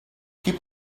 keep